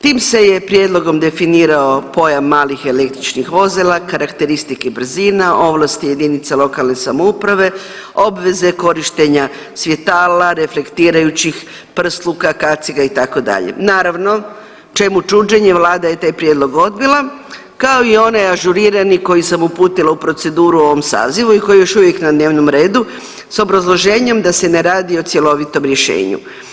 Tim se je prijedlogom definirao pojam malih električnih vozila, karakteristike i brzina, ovlasti JLS, obveze korištenja svjetala, reflektirajućih prsluka, kaciga itd., naravno čemu čuđenje vlada je taj prijedlog odbila kao i onaj ažurirani koji sam uputila u proceduru u ovom sazivu i koji je još uvijek na dnevnom redu s obrazloženjem da se ne radi o cjelovitom rješenju.